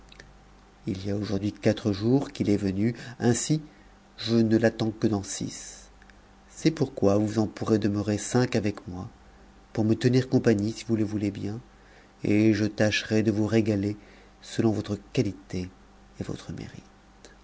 il y a aujourd'hui quatre jours qu'il est venu ainsi je ne l'attends que dans six c'est pourquoi vous en pourrez demeurer cinq avec moi pour me tenir compagnie si vous le voulez bien et je tâcherai de vous régaler selon votre qualité et votre mérite